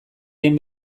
egin